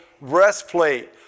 breastplate